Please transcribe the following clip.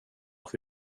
får